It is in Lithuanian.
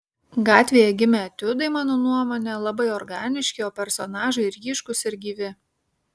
gatvėje gimę etiudai mano nuomone labai organiški o personažai ryškūs ir gyvi